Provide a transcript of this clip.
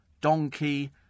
donkey